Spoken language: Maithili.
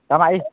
हमरा ई